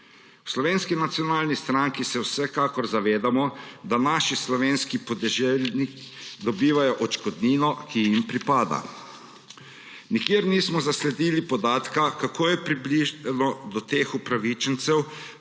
V Slovenski nacionalni stranki se vsekakor zavedamo, da naši slovenski podeželani dobivajo odškodnino, ki jim pripada. Nikjer nismo zasledili podatka, koliko je približno teh upravičencev